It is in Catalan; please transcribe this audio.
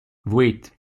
vuit